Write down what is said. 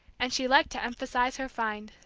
and she liked to emphasize her find.